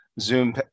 zoom